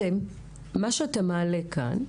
מה שאתה מעלה כאן,